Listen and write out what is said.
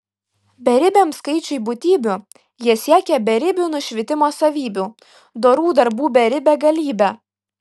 beribiam skaičiui būtybių jie siekia beribių nušvitimo savybių dorų darbų beribe galybe